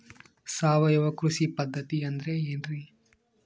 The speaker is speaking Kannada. ಸಾವಯವ ಕೃಷಿ ಪದ್ಧತಿ ಅಂದ್ರೆ ಏನ್ರಿ?